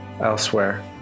elsewhere